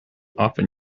often